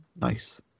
Nice